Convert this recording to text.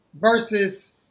versus